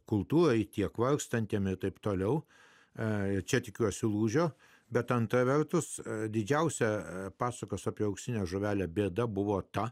kultūroje tiek vargstantiems ir taip toliau ir čia tikiuosi lūžio bet antra vertus didžiausia pasakos apie auksinę žuvelę bėda buvo ta